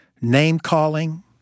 name-calling